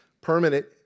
permanent